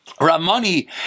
Ramani